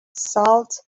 salt